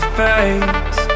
face